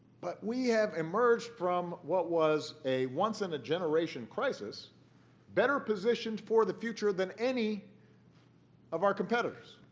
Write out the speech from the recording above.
but we have emerged from what was a once-in-a generation crisis better positioned for the future than any of our competitors.